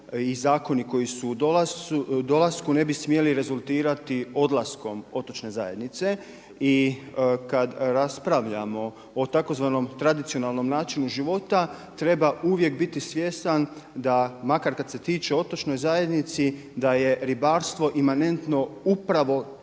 i zakoni koji su u dolasku, ne bi smjeli rezultirati odlaskom otočne zajednice i kad raspravljamo o tzv. tradicionalnom načinu života, treba uvijek biti svjestan, da makar kad se tiče otočnoj zajednici, da je ribarstvo imanentno upravo